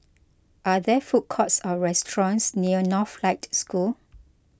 are there food courts or restaurants near Northlight School